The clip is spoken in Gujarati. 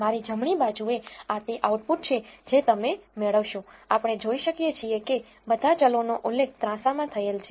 મારી જમણી બાજુએ આ તે આઉટપુટ છે જે તમે મેળવશો આપણે જોઈ શકીએ છીએ કે બધા ચલોનો ઉલ્લેખ ત્રાંસામાં થયેલ છે